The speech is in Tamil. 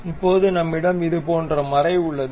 இப்போது நம்மிடம் இதுபோன்ற மறை உள்ளது